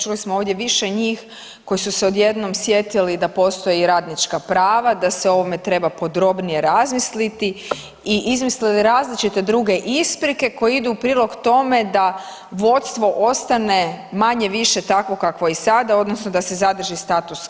Čuli smo ovdje više njih koji su se odjednom sjetili da postoje i radnička prava, da se o ovome treba podrobnije razmisliti i izmislili različite druge isprike koje idu u prilog tome da vodstvo ostane manje-više takvo kakvo je sada odnosno da se zadrži status que.